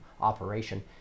operation